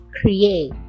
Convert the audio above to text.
create